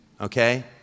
okay